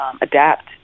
adapt